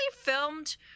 filmed